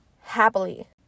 happily